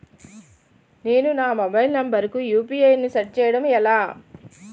నేను నా mobile number కుయు.పి.ఐ ను సెట్ చేయడం ఎలా?